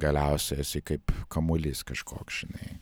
galiausiai esi kaip kamuolys kažkoks žinai